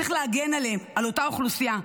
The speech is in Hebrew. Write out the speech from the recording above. צריך להגן עליהם, על אותה אוכלוסייה.